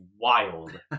wild